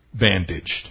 bandaged